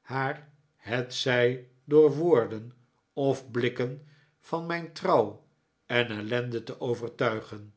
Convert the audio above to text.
haar hetzij door woorden of blikken van mijn trouw en ellende te overtuigen